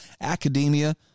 academia